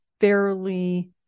fairly